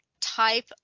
type